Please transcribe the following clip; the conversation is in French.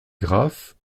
graf